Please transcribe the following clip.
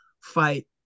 fight